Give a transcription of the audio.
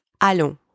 allons